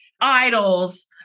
idols